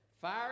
Fire